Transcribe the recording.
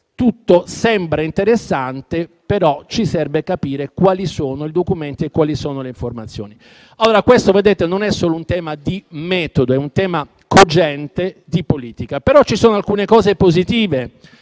tutto sembra interessante, però serve capire quali sono i documenti e quali sono le informazioni. Allora questo non è solo un tema di metodo, ma un tema cogente di politica. Vi sono, però, alcuni elementi positivi